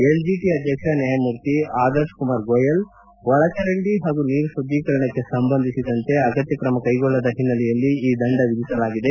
NGT ಅಧ್ಯಕ್ಷ ನ್ಯಾಯಮೂರ್ತಿ ಆದರ್ಶ ಕುಮಾರ್ ಗೋಯಲ್ ಒಳಚರಂಡಿ ಹಾಗೂ ನೀರು ಶುದ್ದೀಕರಣಕ್ಕೆ ಸಂಬಂಧಿಸಿದಂತೆ ಅಗತ್ಯ ಕ್ರಮ ಕ್ಲೆಗೊಳ್ಳದ ಹಿನ್ನೆಲೆಯಲ್ಲಿ ಈ ದಂಡ ವಿಧಿಸಲಾಗಿದೆ